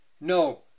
No